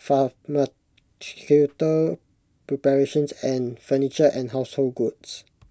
preparations and furniture and household goods